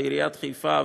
ועיריית חיפה,